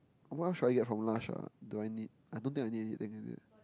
what else should I get from lush ah do I need I don't think I need anything is it